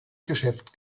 geschäft